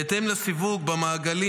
בהתאם לסיווג במעגלים,